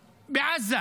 בעזה.